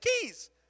keys